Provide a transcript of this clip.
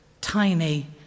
tiny